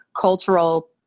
cultural